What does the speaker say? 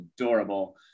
adorable